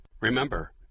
Remember